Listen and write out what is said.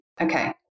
Okay